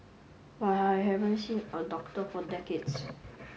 but I haven't seen a doctor for decades